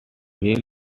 while